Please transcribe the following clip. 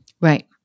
Right